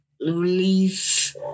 release